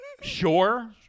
Sure